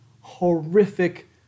horrific